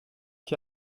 qui